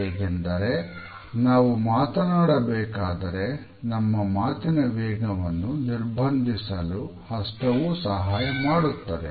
ಹೇಗೆಂದರೆ ನಾವು ಮಾತನಾಡಬೇಕಾದರೆ ನಮ್ಮ ಮಾತಿನ ವೇಗವನ್ನು ನಿರ್ಬಂಧಿಸಲು ಹಸ್ತವೂ ಸಹಾಯ ಮಾಡುತ್ತದೆ